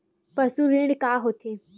पशु ऋण का होथे?